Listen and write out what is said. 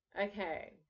Okay